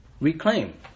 reclaim